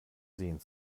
seen